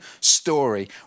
story